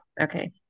okay